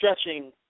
stretching